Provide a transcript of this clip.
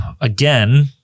again